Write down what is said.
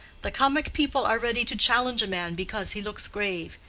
the comic people are ready to challenge a man because he looks grave.